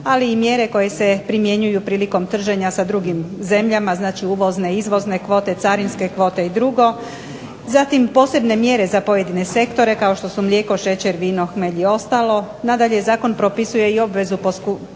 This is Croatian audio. ali i mjere koje se primjenjuju prilikom trženja sa drugim zemljama. Znači, uvozne i izvozne kvote, carinske kvote i drugo. Zatim, posebne mjere za pojedine sektore kao što su mlijeko, šećer, vino, hmelj i ostalo. Nadalje, zakon propisuje i obvezu prikupljanja